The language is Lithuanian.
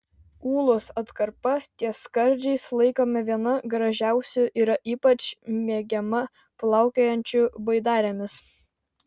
ūlos atkarpa ties skardžiais laikoma viena gražiausių yra ypač mėgiama plaukiojančių baidarėmis